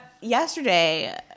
yesterday